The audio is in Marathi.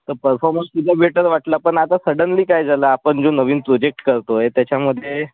तर परफॉर्मन्स तुझा बेटर वाटला पण आता सडनली काय झालं आपण जो नवीन प्रोजेक्ट करतो आहे त्याच्यामधे